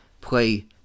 play